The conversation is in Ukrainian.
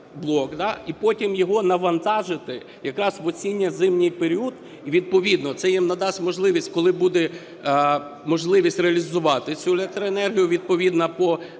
і потім його навантажити якраз в осінньо-зимовий період. Відповідно це їм надасть можливість, коли буде можливість реалізувати цю електроенергію відповідно по